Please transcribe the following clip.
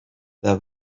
there